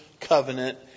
covenant